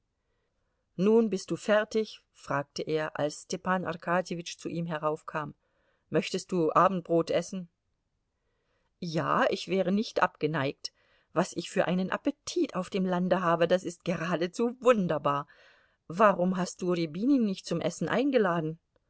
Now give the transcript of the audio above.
nun bist du fertig fragte er als stepan arkadjewitsch zu ihm heraufkam möchtest du abendbrot essen ja ich wäre nicht abgeneigt was ich für einen appetit auf dem lande habe das ist geradezu wunderbar warum hast du rjabinin nicht zum essen eingeladen